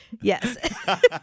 Yes